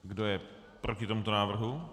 Kdo je proti tomuto návrhu?